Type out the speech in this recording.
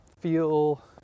feel